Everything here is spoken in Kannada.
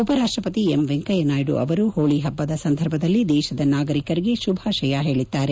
ಉಪರಾಷ್ಸಪತಿ ಎಂ ವೆಂಕಯ್ಯ ನಾಯ್ದು ಅವರು ಹೋಳಿ ಹಬ್ಬದ ಸಂದರ್ಭದಲ್ಲಿ ದೇತದ ನಾಗರಿಕರಿಗೆ ಶುಭಾಶಯ ಹೇಳಿದ್ದಾರೆ